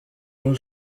all